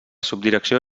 subdirecció